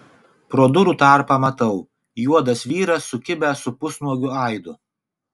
pro durų tarpą matau juodas vyras sukibęs su pusnuogiu aidu